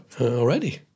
already